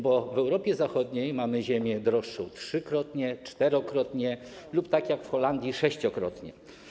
Bo w Europie Zachodniej ziemia jest droższa trzykrotnie, czterokrotnie lub - tak jak w Holandii - sześciokrotnie.